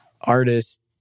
artist